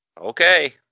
okay